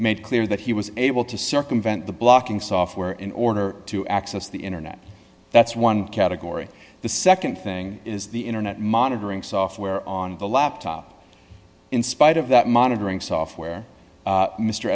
made clear that he was able to circumvent the blocking software in order to access the internet that's one category the nd thing is the internet monitoring software on the laptop in spite of that monitoring software